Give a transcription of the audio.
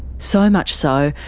so and much so,